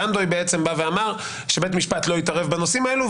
לנדוי אמר שבית המשפט לא יתערב בנושאים האלו,